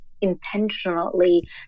intentionally